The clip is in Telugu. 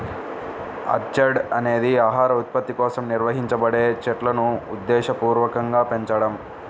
ఆర్చర్డ్ అనేది ఆహార ఉత్పత్తి కోసం నిర్వహించబడే చెట్లును ఉద్దేశపూర్వకంగా పెంచడం